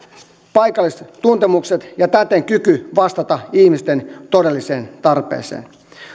paikallistuntemukset ja täten kyky vastata ihmisten todelliseen tarpeeseen